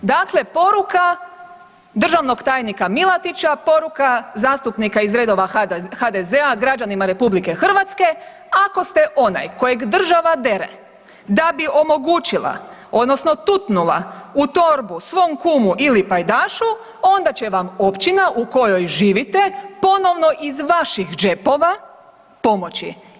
Dakle, poruka državnog tajnika Milatića, poruka zastupnika iz redova HDZ-a građanima RH, ako ste onaj kojeg država dere, da bi omogućila odnosno tutnula u torbu svom kumu ili pajdašu, onda će vam općina u kojoj živite ponovno iz vaših džepova pomoći.